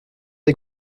des